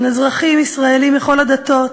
בין אזרחים ישראלים מכל הדתות,